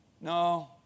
No